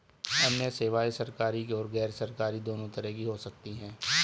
अन्य सेवायें सरकारी और गैरसरकारी दोनों तरह की हो सकती हैं